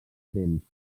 temps